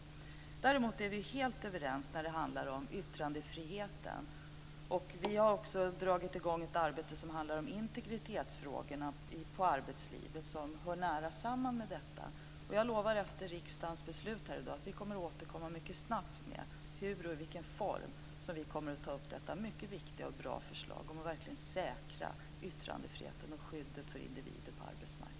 Vi är däremot helt överens när det handlar om yttrandefriheten. Vi har också dragit i gång ett arbete som handlar om integritetsfrågorna i arbetslivet som hör nära samman med detta. Jag lovar att vi efter riksdagens beslut här i dag återkommer mycket snabbt med i vilken form vi ska ta upp detta mycket viktiga och bra förslag om att verkligen säkra yttrandefriheten och skyddet för individen på arbetsmarknaden.